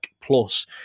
plus